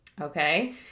Okay